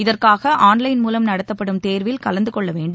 இதற்காக ஆன்லைன் மூலம் நடத்தப்படும் தேர்வில் கலந்து கொள்ள வேண்டும்